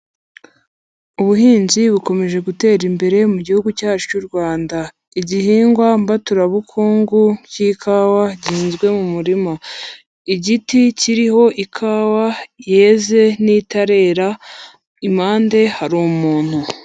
Ubuhinzi bukomeje gutera imbere mu gihugu cyacu cy'u Rwanda, igihingwa mbaturabukungu k'ikawa gihinzwe mu murima. Igiti kiriho ikawa yeze n'itarera impande hari umuntu.